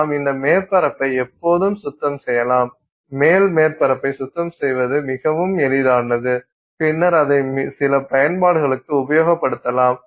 நாம் இந்த மேற்பரப்பை எப்போதும் சுத்தம் செய்யலாம் மேல் மேற்பரப்பை சுத்தம் செய்வது மிகவும் எளிதானது பின்னர் அதை சில பயன்பாடுகளுக்கு உபயோகப்படுத்தலாம்